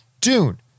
Dune